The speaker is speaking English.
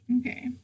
okay